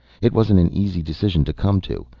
it wasn't an easy decision to come to.